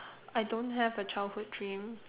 I don't have a childhood dream